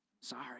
sorry